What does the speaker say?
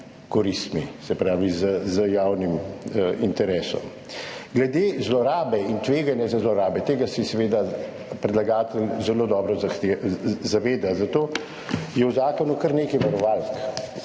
koristmi, se pravi z javnim interesom. Glede zlorabe in tveganja za zlorabe. Tega se seveda predlagatelj zelo dobro zaveda, zato je v zakonu kar nekaj varovalk,